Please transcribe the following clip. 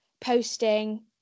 posting